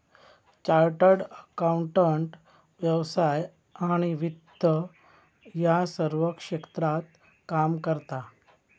chartered accountant व्यवसाय आणि वित्त या सर्व क्षेत्रात काम करता